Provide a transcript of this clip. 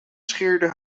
scheerde